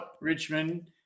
Richmond